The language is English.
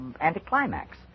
anticlimax